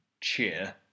cheer